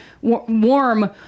warm